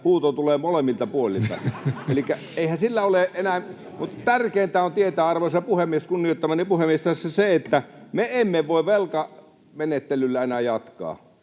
huuto tulisi molemmilta puolilta. Mutta tärkeintä on tietää, arvoisa puhemies, kunnioittamani puhemies, tässä se, että me emme voi velkamenettelyllä enää jatkaa.